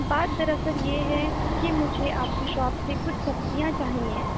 بات دراصل یہ ہے کہ مجھے آپ کی شاپ سے کچھ سبزیاں چاہئیں